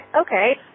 okay